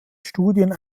studien